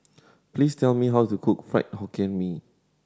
please tell me how to cook Fried Hokkien Mee